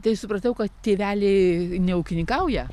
tai supratau kad tėveliai neūkininkauja